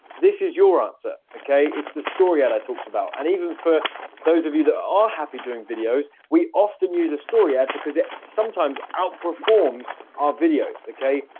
this is your answer, okay? it's the story that i talked about and even for those of you that are happy doing videos we often use a story ed because it sometimes outperforms our videos okay?